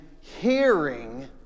hearing